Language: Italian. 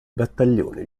battaglione